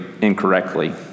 incorrectly